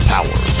Power